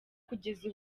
kugeza